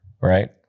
right